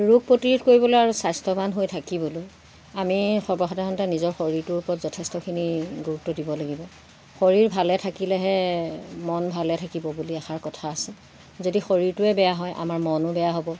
ৰোগ প্ৰতি কৰিবলৈ আৰু স্বাস্থ্যৱান হৈ থাকিবলৈ আমি সৰ্বসাধাৰণতে নিজৰ শৰীৰটোৰ ওপৰত যথেষ্টখিনি গুৰুত্ব দিব লাগিব শৰীৰ ভালে থাকিলেহে মন ভালে থাকিব বুলি এষাৰ কথা আছে যদি শৰীৰটোৱে বেয়া হয় আমাৰ মনো বেয়া হ'ব